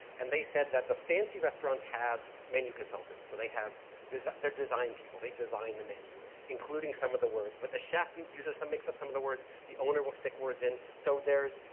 and they said that the fancy restaurants have menu consultants. so they have design, they're design people. they design the menu including some of the words, but the chef and uses, mixes up some of the words, the owner will stick words in, so, there's,